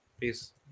peace